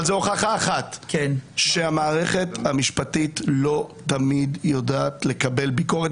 אבל זו הוכחה אחת שהמערכת המשפטית לא תמיד יודעת לקבל ביקורת,